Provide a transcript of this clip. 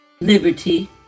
liberty